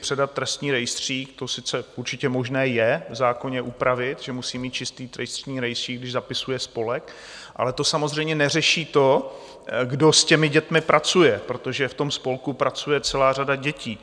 předat trestní rejstřík to sice určitě možné je v zákoně upravit, že musí mít čistý trestní rejstřík, když zapisuje spolek, ale to samozřejmě neřeší to, kdo s těmi dětmi pracuje, protože v tom spolku pracuje celá řada dětí .